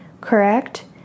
Correct